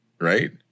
Right